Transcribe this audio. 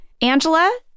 Angela